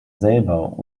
selber